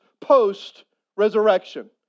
post-resurrection